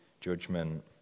judgment